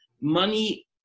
money